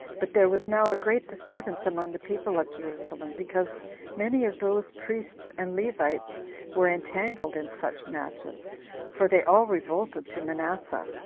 but there was now a great disturbance among the people of jerusalem, because many of those priests and levites were entangled in such matches for they all revolted to manasseh,